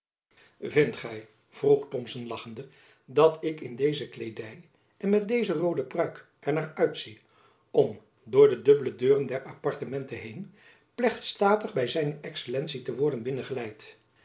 vindt gy vroeg thomson lachende dat ik in deze kleedy en met deze roode pruik er naar uitzie om door de dubbele deuren der appartementen heen plechtstatig by zijn excellentie te worden